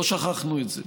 לא שכחנו את זה.